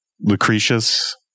Lucretius